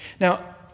Now